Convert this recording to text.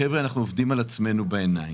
חבר'ה, אנחנו עובדים על עצמנו בעיניים.